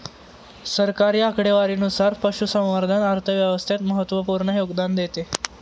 सरकारी आकडेवारीनुसार, पशुसंवर्धन अर्थव्यवस्थेत महत्त्वपूर्ण योगदान देते